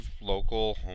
local